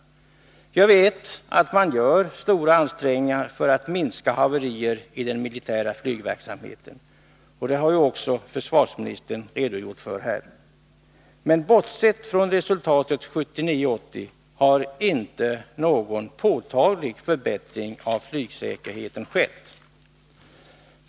Jag vet att man gör stora ansträngningar för att minska antalet haverier i den militära flygverksamheten. Det har försvarsministern också redogjort för. Men bortsett från resultatet 1979-1980 har inte någon påtaglig förbättring av flygsäkerheten skett.